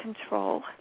control